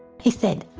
he said,